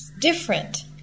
different